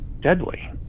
deadly